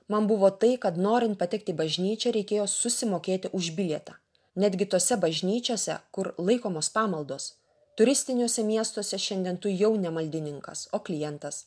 man buvo tai kad norint patekti į bažnyčią reikėjo susimokėti už bilietą netgi tose bažnyčiose kur laikomos pamaldos turistiniuose miestuose šiandien tu jau ne maldininkas o klientas